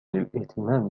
للإهتمام